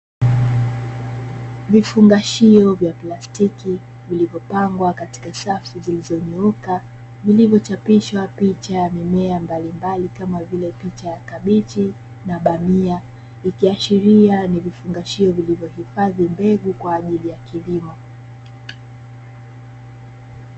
Vifungashio vya plastiki vilivyopangwa katika safu zilizonyooka vilivyochapishwa picha ya mimea mbalimbali kama vile: picha ya kabichi na bamia ikiashiria ni vifungashio vyilivyohifadhi mbegu kwa ajili ya kilimo.